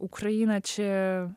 ukraina čia